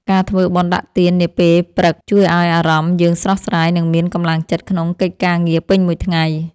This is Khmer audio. ការធ្វើបុណ្យដាក់ទាននាពេលព្រឹកជួយឱ្យអារម្មណ៍យើងស្រស់ស្រាយ និងមានកម្លាំងចិត្តក្នុងកិច្ចការងារពេញមួយថ្ងៃ។